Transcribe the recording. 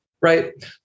Right